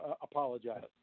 Apologize